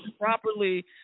properly